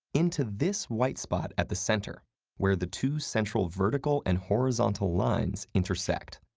into this white spot at the center where the two central vertical and horizontal lines intersect.